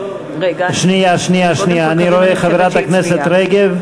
אני רואה את חברת הכנסת רגב.